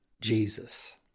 Jesus